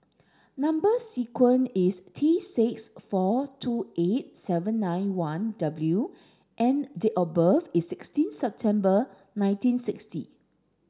number sequence is T six four two eight seven nine one W and date of birth is sixteen September nineteen sixty